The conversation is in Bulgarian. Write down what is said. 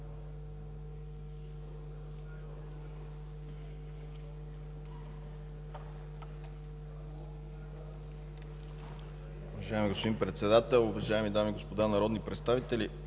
Уважаеми господин Председател, уважаеми дами и господа народни представители!